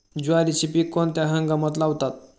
ज्वारीचे पीक कोणत्या हंगामात लावतात?